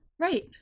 Right